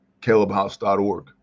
calebhouse.org